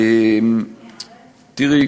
תראי,